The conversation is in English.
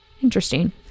Interesting